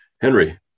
Henry